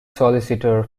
solicitor